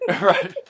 Right